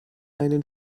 einen